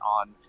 on